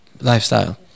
lifestyle